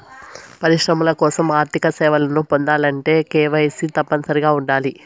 పరిశ్రమల కోసం ఆర్థిక సేవలను పొందాలంటే కేవైసీ తప్పనిసరిగా ఉండాలి